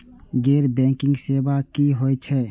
गैर बैंकिंग सेवा की होय छेय?